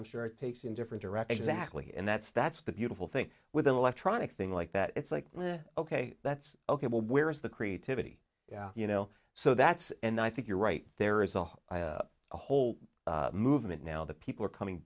i'm sure it takes in different directions exactly and that's that's the beautiful thing with an electronic thing like that it's like ok that's ok well where is the creativity you know so that's and i think you're right there is a whole a whole movement now that people are coming